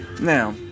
Now